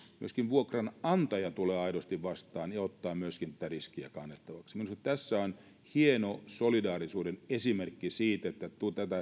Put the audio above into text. myöskin vuokranantaja tulee aidosti vastaan ja ottaa myöskin tätä riskiä kannettavaksi minusta tässä on hieno solidaarisuuden esimerkki siitä että tätä